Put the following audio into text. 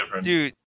dude